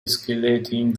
escalating